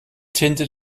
tinte